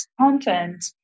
content